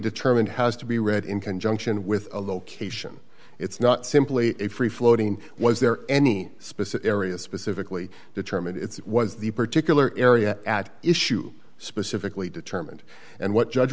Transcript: determined has to be read in conjunction with a location it's not simply a free floating was there any specific area specifically determined it was the particular area at issue specifically determined and what judge